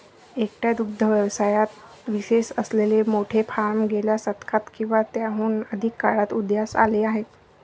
एकट्या दुग्ध व्यवसायात विशेष असलेले मोठे फार्म गेल्या शतकात किंवा त्याहून अधिक काळात उदयास आले आहेत